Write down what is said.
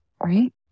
right